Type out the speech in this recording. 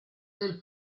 del